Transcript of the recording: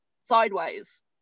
sideways